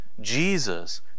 Jesus